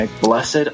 Blessed